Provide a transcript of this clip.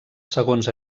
segons